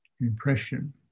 impression